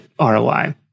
ROI